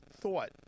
thought